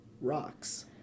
rocks